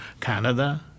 Canada